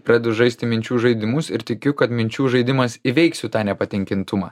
pradedu žaisti minčių žaidimus ir tikiu kad minčių žaidimas įveiksiu tą nepatenkintumą